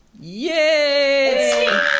Yay